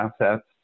assets